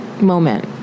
moment